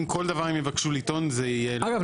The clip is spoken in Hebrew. אם כל דבר הם יבקשו לטעון זה יהיה --- אגב,